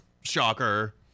shocker